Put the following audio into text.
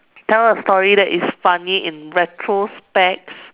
tell a story that is funny in retrospect